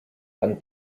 dann